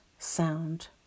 sound